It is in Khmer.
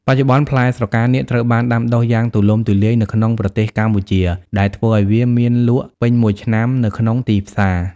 បច្ចុប្បន្ន ផ្លែស្រកានាគត្រូវបានដាំដុះយ៉ាងទូលំទូលាយនៅក្នុងប្រទេសកម្ពុជា ដែលធ្វើឱ្យវាមានលក់ពេញមួយឆ្នាំនៅក្នុងទីផ្សារ។